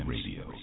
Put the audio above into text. Radio